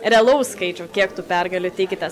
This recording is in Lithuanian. realaus skaičiaus kiek tų pergalių tikitės